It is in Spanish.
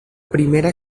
primera